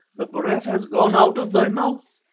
the breath has gone out of thy mouth.